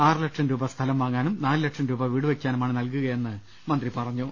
ആറു ലക്ഷം രൂപ സ്ഥലം വാങ്ങാനും നാലു ലക്ഷം രൂപ വീട് വയ്ക്കാനുമാണ് നൽകുക യെന്ന് അദ്ദേഹം പറഞ്ഞു